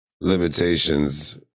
limitations